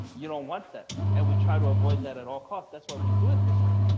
you don't want that. and we try to avoid that at all cost. that's why we do it this way.